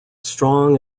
strong